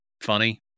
Funny